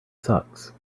sucks